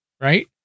right